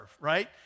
right